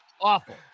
Awful